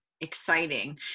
exciting